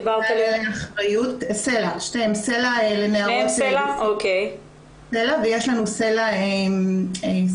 תכניות "סלע" לנערות, ויש לנו "סלע חמ"ד".